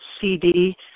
CD